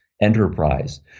enterprise